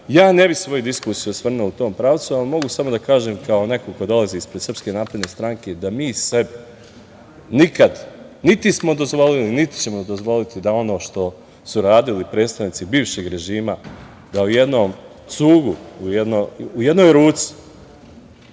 ja ne bih svoju diskusiju osvrnuo u tom pravcu, ali mogu samo da kažem kao neko ko dolazi ispred SNS, da mi sebi nikad, niti smo dozvolili, niti ćemo dozvoliti da ono što su radili predstavnici bivšeg režima, da u jednom cugu, u jednoj ruci